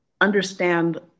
understand